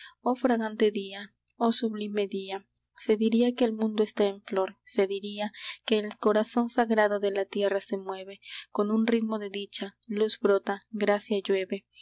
exclama oh fragante día oh sublime día se diría que el mundo está en flor se diría que el corazón sagrado de la tierra se mueve con un ritmo de dicha luz brota gracia llueve